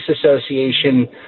Association